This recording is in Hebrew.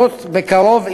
וזאת בקרוב,